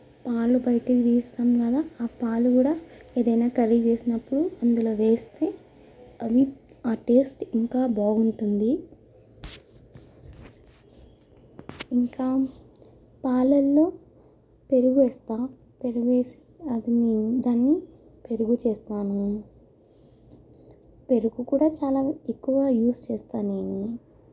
పాలు బైటికి తీస్తాం కదా ఆ పాలు కూడా ఏదైనా కర్రీ చేసినప్పుడు అందులో వేస్తే అది ఆ టేస్ట్ ఇంకా బాగుంటుంది ఇంకా పాలల్లో పెరుగు వేస్తా పెరుగు వేసి అది నేను దాన్ని పెరుగు చేస్తాను పెరుగు కూడా చాలా ఎక్కువ యూస్ చేస్తా నేను